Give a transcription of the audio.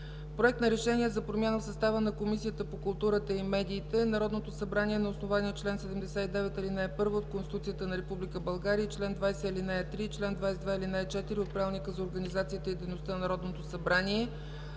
„Проект! РЕШЕНИЕ за промяна в състава на Комисията по културата и медиите Народното събрание на основание чл. 79, ал. 1 от Конституцията на Република България и чл. 20, ал. 3 и чл. 22, ал. 4 от Правилника за организацията и дейността на Народното събрание